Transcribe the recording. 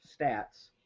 stats